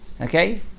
Okay